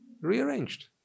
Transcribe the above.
rearranged